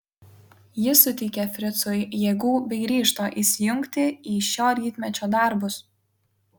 ji suteikė fricui jėgų bei ryžto įsijungti į šio rytmečio darbus